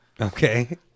Okay